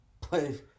play